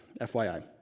FYI